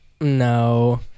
No